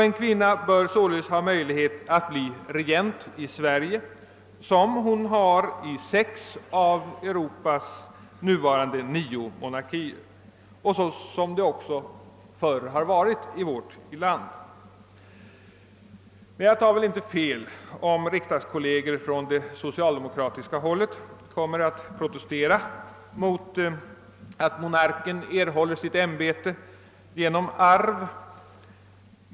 En kvinna bör ha möjlighet att bli regent i Sverige, liksom fallet är i sex av Europas nuvarande nio monarkier och som det också förr har varit i vårt land. Jag tar väl inte fel om jag påstår att socialdemokratiska riksdagskolleger kommer att protestera mot att monarken erhåller sitt ämbete genom arv.